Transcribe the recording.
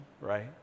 right